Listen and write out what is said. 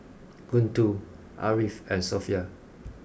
Guntur Ariff and Sofea